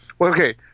Okay